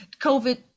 COVID